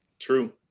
True